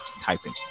typing